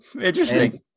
Interesting